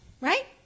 right